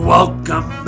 Welcome